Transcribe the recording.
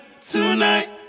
tonight